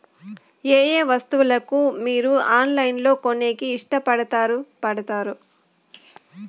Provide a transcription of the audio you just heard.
ఏయే వస్తువులను మీరు ఆన్లైన్ లో కొనేకి ఇష్టపడుతారు పడుతారు?